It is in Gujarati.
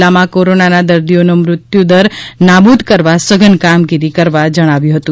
જિલ્લમાં કોરોનાના દર્દીઓનો મૃત્યુદર નાબૂદ કરવા સધન કામગીરી કરવા જણાવ્યું હતું